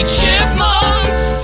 Chipmunks